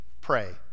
pray